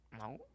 No